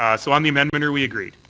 ah so on the amendment are we agreed?